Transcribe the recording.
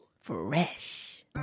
Fresh